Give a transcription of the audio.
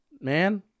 man